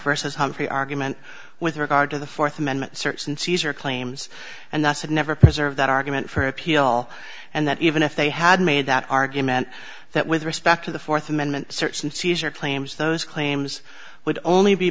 vs humphry argument with regard to the fourth amendment search and seizure claims and thus never preserve that argument for appeal and that even if they had made that argument that with respect to the fourth amendment search and seizure claims those claims would only be